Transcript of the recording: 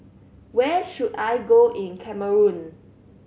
where should I go in Cameroon